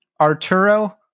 arturo